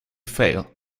fail